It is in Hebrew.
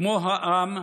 כמו העם,